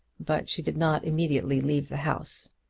but she did not immediately leave the house.